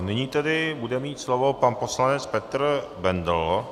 Nyní tedy bude mít slovo pan poslanec Petr Bendl.